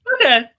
Okay